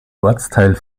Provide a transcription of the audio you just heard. ortsteil